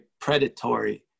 predatory